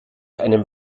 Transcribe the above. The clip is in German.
einem